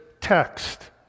text